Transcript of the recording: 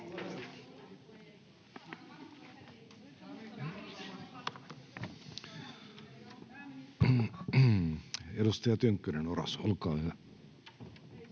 Edustaja Honkonen, olkaa hyvä.